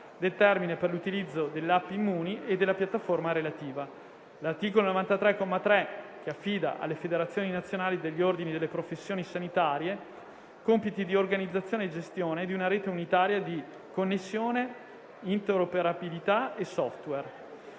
del termine per l'utilizzo dell'App-immuni e della piattaforma relativa; - l'articolo 93, comma 3, che affida alle federazioni nazionali degli ordini delle professioni sanitarie compiti di organizzazione e gestione di una rete unitaria di connessione, interoperabilità e *software.*